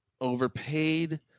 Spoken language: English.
overpaid